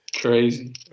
Crazy